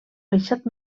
reixat